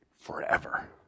forever